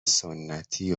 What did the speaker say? سنتی